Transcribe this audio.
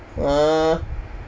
!huh!